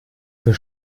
für